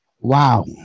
Wow